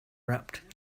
rapped